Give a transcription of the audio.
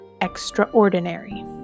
extraordinary